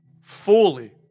fully